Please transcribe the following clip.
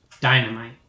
Dynamite